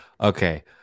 Okay